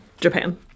Japan